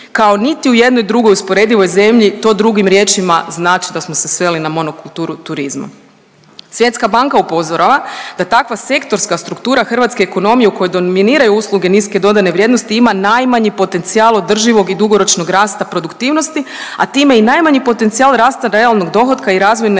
kao niti u jednoj drugoj usporedivoj zemlji, to drugim riječima znači da smo se sveli na monokulturu turizma. Svjetska banka upozorava da takva sektorska struktura hrvatske ekonomije u kojoj dominiraju usluge niske dodane vrijednosti ima najmanji potencijal održivog i dugoročnog rasta produktivnosti, a time i najmanji potencijal rasta realnog dohotka i razvojne